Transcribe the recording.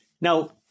Now